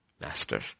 Master